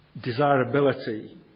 desirability